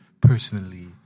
personally